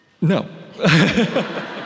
No